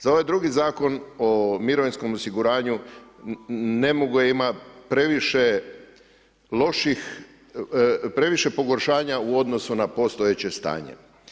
Za ovaj drugi Zakon o mirovinskom osiguranju ... ima previše loših, previše pogoršanja u odnosu na postojeće stanje.